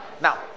Now